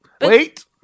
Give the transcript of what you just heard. Wait